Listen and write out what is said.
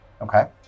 Okay